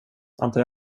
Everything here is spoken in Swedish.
antar